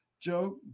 Joe